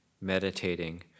meditating